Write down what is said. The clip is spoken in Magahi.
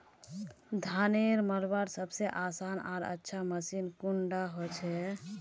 धानेर मलवार सबसे आसान आर अच्छा मशीन कुन डा होचए?